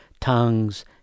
Tongues